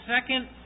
second